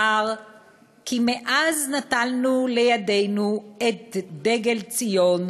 ש"מאז נטלנו לידינו את דגל ציון,